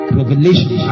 revelation